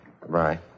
Goodbye